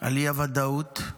על אי-הוודאות,